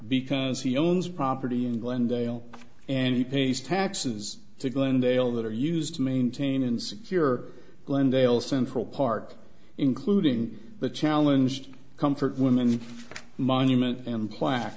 because he owns property in glendale and he pays taxes to glendale that are used to maintain and secure glendale central park including the challenge to comfort women monument and pla